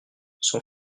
son